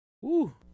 Woo